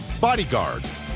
Bodyguards